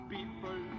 People